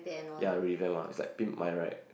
ya revamp ah it's like pimp my ride